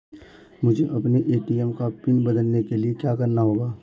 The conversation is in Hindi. मुझे अपने ए.टी.एम का पिन बदलने के लिए क्या करना होगा?